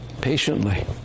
Patiently